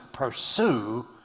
Pursue